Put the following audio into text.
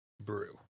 brew